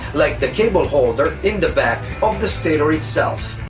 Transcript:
like the cable holder in the back of the stator itself.